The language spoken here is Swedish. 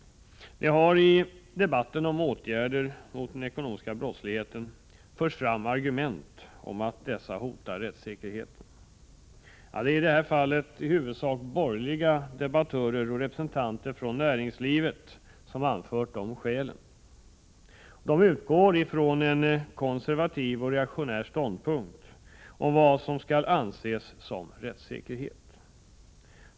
Det har i debatten om åtgärder mot den ekonomiska brottsligheten förts fram argumentet att dessa hotar rättssäkerheten. Det är i det fallet i huvudsak borgerliga debattörer och representanter för näringslivet som anfört detta skäl. De utgår från en konservativ och reaktionär ståndpunkt om vad som skall anses som rättssäkerhet.